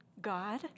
God